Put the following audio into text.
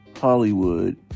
Hollywood